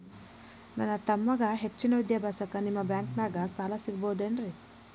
ನನ್ನ ತಮ್ಮಗ ಹೆಚ್ಚಿನ ವಿದ್ಯಾಭ್ಯಾಸಕ್ಕ ನಿಮ್ಮ ಬ್ಯಾಂಕ್ ದಾಗ ಸಾಲ ಸಿಗಬಹುದೇನ್ರಿ?